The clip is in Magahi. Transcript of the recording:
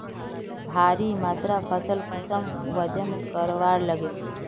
भारी मात्रा फसल कुंसम वजन करवार लगे?